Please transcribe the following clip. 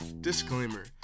disclaimer